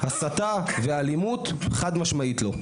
הסתה ואלימות חד משמעית לא.